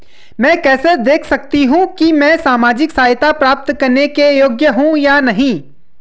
मैं कैसे देख सकती हूँ कि मैं सामाजिक सहायता प्राप्त करने के योग्य हूँ या नहीं?